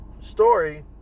story